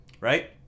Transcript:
right